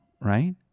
right